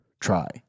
try